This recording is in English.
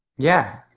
yeah.